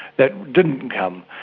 that didn't come.